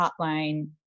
Hotline